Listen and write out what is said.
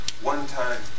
one-time